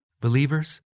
Believers